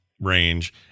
range